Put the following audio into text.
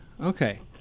okay